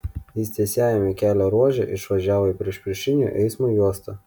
jis tiesiajame kelio ruože išvažiavo į priešpriešinio eismo juostą